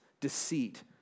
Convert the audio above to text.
deceit